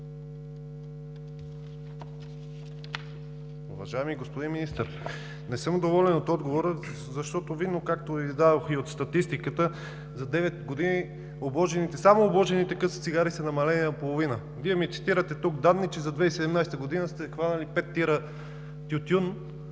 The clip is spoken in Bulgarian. Уважаеми господин Министър, не съм доволен от отговора, защото видно, както издадоха и от статистиката, за девет години само обложените къси цигари са намалели наполовина. Вие ми цитирате тук данни, че за 2017 г. сте хванали пет ТИР-а